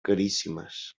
caríssimes